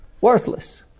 Worthless